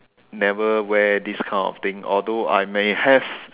never wear this kind of thing although I may have